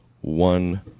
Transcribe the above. one